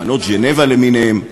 אמנות ז'נבה למיניהן,